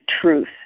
truth